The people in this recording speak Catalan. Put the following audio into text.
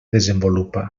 desenvolupa